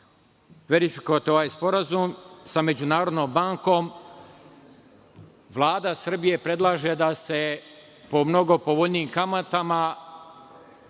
verifikovati ovaj sporazum, i to sa međunarodnom bankom, Vlada Srbije predlaže da se po mnogo povoljnijim kamatama